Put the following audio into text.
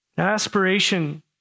Aspiration